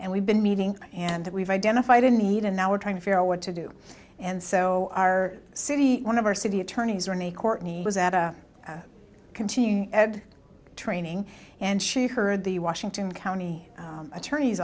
and we've been meeting and we've identified a need and now we're trying to figure out what to do and so our city one of our city attorneys or any courtney was at a continuing ed training and she heard the washington county attorney's